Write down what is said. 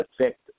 affect